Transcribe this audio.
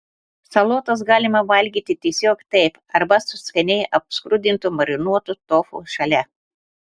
salotas galima valgyti tiesiog taip arba su skaniai apskrudintu marinuotu tofu šalia